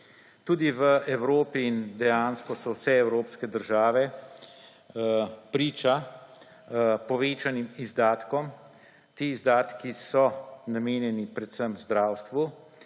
Tudi v Evropi so dejansko vse evropske države priča povečanim izdatkom. Ti izdatki so namenjeni predvsem zdravstvu